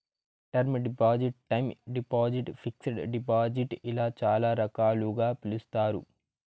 term deposit time deposit fixed deposit ఇలా చాలా రకాలుగా పిలుస్తారు